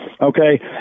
Okay